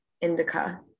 indica